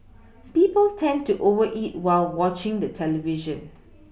people tend to over eat while watching the television